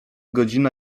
godzina